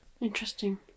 Interesting